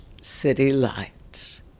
citylights